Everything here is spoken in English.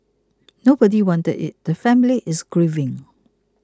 nobody wanted it the family is grieving